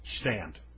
Stand